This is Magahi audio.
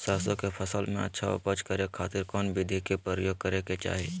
सरसों के फसल में अच्छा उपज करे खातिर कौन विधि के प्रयोग करे के चाही?